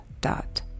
dot